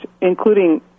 including